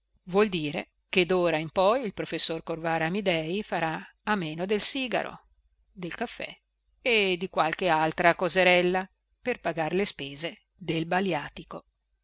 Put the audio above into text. vuol dire che dora in poi il professor corvara amidei farà a meno del sigaro del caffè e di qualche altra coserella per pagar le spese del baliatico